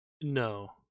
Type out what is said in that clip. No